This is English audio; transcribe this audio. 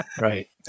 Right